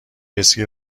اسکی